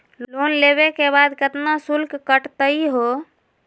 Loan लेवे के बाद केतना शुल्क कटतही हो?